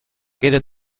queda